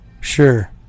Sure